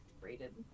braided